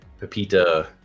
Pepita